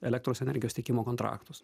elektros energijos tiekimo kontraktus